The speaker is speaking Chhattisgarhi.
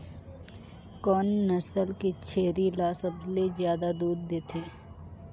कोन नस्ल के छेरी ल सबले ज्यादा दूध देथे?